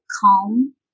calm